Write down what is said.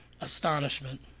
astonishment